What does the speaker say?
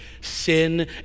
sin